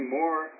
more